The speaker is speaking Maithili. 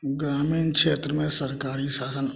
ग्रामीण क्षेत्रमे सरकारी साधन